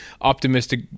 optimistic